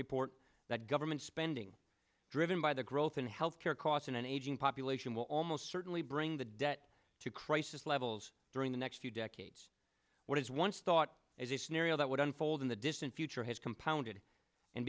report that government spending driven by the growth in health care costs and an aging population will almost certainly bring the debt to crisis levels during the next few decades what is once thought as a scenario that would unfold in the distant future has compounded and